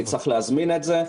אני צריך להזמין את זה.